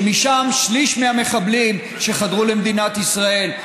ושליש מהמחבלים שחדרו למדינת ישראל,